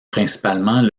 principalement